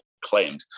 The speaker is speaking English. claimed